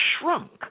shrunk